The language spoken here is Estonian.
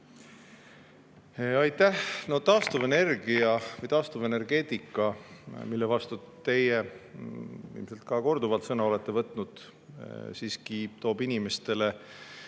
Aitäh! Taastuvenergia või taastuvenergeetika, mille vastu te ilmselt korduvalt sõna olete võtnud, siiski toob inimestele